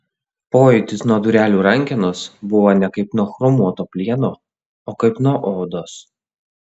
pojūtis nuo durelių rankenos buvo ne kaip nuo chromuoto plieno o kaip nuo odos